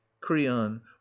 creon